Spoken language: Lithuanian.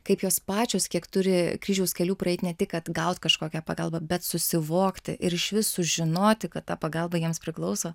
kaip jos pačios kiek turi kryžiaus kelių praeit ne tik kad gaut kažkokią pagalbą bet susivokti ir išvis sužinoti kad ta pagalba jiems priklauso